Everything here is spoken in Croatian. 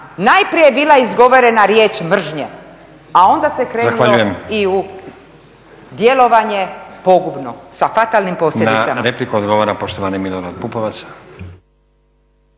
najprije je bila izgovorena riječ mržnje, a onda se krenulo i u djelovanje pogubno sa fatalnim posljedicama.